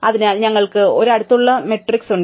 അതിനാൽ ഞങ്ങൾക്ക് ഒരു അടുത്തുള്ള മാട്രിക്സ് ഉണ്ട്